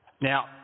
Now